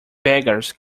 beggars